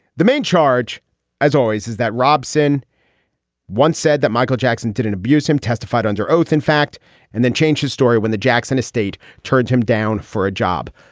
the main charge as always is that robson once said that michael jackson did an abuse him testified under oath in fact and then changed his story when the jackson estate turned him down for a job